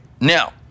Now